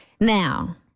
now